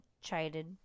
chided